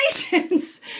congratulations